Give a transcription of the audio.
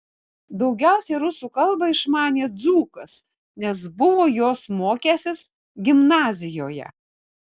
daugiausiai rusų kalbą išmanė dzūkas nes buvo jos mokęsis gimnazijoje